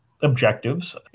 objectives